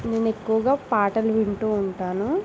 నేను ఎక్కువగా పాటలు వింటు ఉంటాను